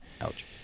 Ouch